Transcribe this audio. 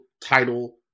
title